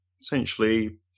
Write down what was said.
essentially